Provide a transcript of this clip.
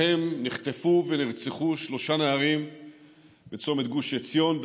שבהם נחטפו ונרצחו שלושה נערים בצומת גוש עציון,